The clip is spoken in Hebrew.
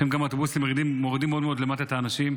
האוטובוסים מורידים מאוד מאוד למטה את האנשים,